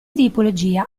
tipologia